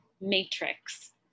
Matrix